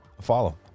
follow